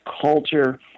culture